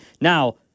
Now